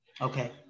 Okay